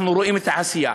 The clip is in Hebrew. אנחנו רואים את העשייה.